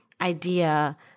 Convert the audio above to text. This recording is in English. idea